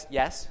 yes